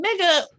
nigga